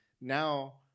Now